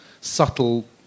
subtle